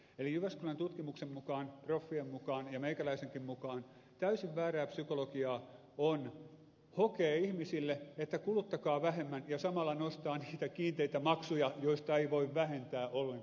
eli jyväskylän tutkimuksen mukaan proffien mukaan ja meikäläisenkin mukaan täysin väärää psykologiaa on hokea ihmisille että kuluttakaa vähemmän ja samalla nostaa niitä kiinteitä maksuja joita ei voi itse vähentää ollenkaan